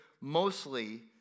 mostly